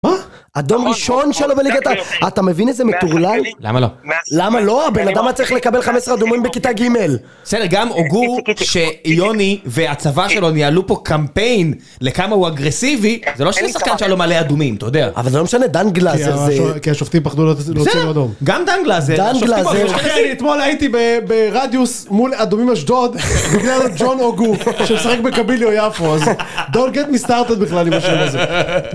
מה? אדום ראשון שלו בליגה על? אתה מבין איזה מטורלל? למה לא? למה לא הבן אדם הצליח לקבל 15 אדומים בכיתה ג' בסדר גם עוגו שיוני והצבא שלו ניהלו פה קמפיין לכמה הוא אגרסיבי זה לא שיש שחקן שלו מלא אדומים אתה יודע אבל זה לא משנה דן גלאזר זה... כי השופטים פחדו לא רוצים אדום גם דן גלאזר דן גלאזר כן אתמול הייתי ברדיוס מול אדומים אשדוד בגלל ג'ון עוגו שמשחק בקבילי או יפו אז Don't get me started בכלל עם השאלה הזאת